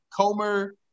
Comer